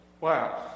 Wow